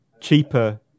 cheaper